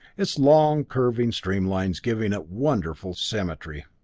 its long curving streamlines giving it wonderful symmetry.